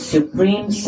Supreme